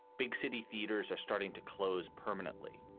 big city theaters are starting to close permanently.